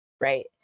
right